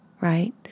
right